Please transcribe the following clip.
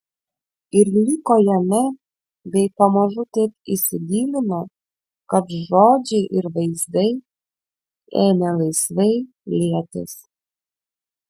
ir liko jame bei pamažu tiek įsigilino kad žodžiai ir vaizdai ėmė laisvai lietis